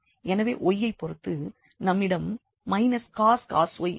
எனவே y யைப் பொறுத்து நம்மிடம் cos y இருக்கும்